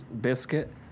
biscuit